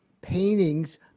paintings